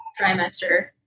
trimester